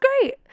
great